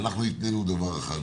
ואנחנו התנינו דבר אחד.